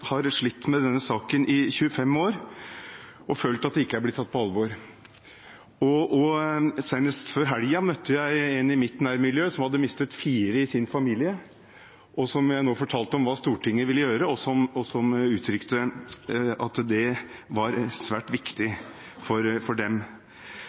har slitt med denne saken i 25 år og følt at de ikke er blitt tatt på alvor. Senest før helgen møtte jeg en i mitt nærmiljø som hadde mistet fire i sin familie, og som da jeg fortalte om hva Stortinget nå ville gjøre, uttrykte at det var svært viktig